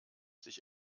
sich